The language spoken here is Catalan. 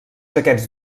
aquests